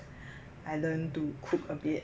I learnt to cook a bit